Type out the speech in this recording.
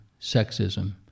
sexism